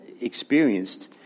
experienced